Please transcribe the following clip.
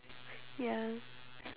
ya